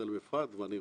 הכול נכון.